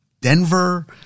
Denver